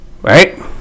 right